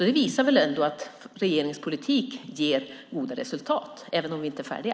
Det visar väl ändå att regeringens politik ger goda resultat, även om vi inte är färdiga.